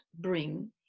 bring